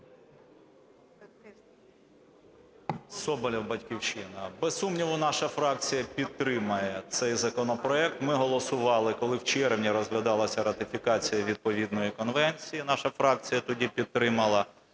Соболєв, "Батьківщина". Без сумніву, наша фракція підтримає цей законопроект. Ми голосували, коли в червні розглядалася ратифікація відповідної конвенції, наша фракція тоді підтримала.